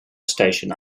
station